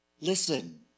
Listen